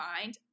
mind